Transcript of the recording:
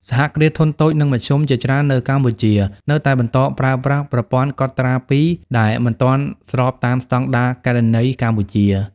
សហគ្រាសធុនតូច និងមធ្យម ជាច្រើននៅកម្ពុជានៅតែបន្តប្រើប្រាស់ "ប្រព័ន្ធកត់ត្រាពីរ" ដែលមិនទាន់ស្របតាមស្ដង់ដារគណនេយ្យកម្ពុជា ។